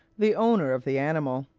the owner of the animal